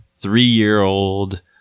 three-year-old